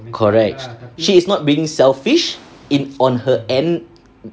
correct she's not being selfish in on her end